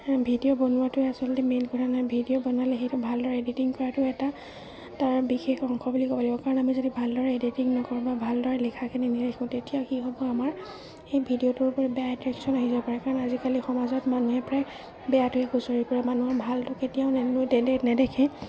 video বনোৱাটোৱে আচলতে main কথা নহয় ভিডিঅ' বনালে সেইটো ভালদৰে এডিটিং কৰাটো এটা তাৰ বিশেষ অংশ বুলি ক'ব লাগিব কাৰণ আমি যদি ভালদৰে এডিটিং নকৰোঁ বা ভালদৰে লেখাখিনি নিলিখোঁ তেতিয়া কি হ'ব আমাৰ সেই ভিডিঅ'টোৰ ওপৰত বেয়া এট্ৰেকশ্যন আহি যাব পাৰে কাৰণ আজিকালি সমাজত মানুহে প্ৰায় বেয়াটোহে খুঁচৰি ফুৰে মানুহৰ ভালটো কেতিয়াও নেদে নেদেখে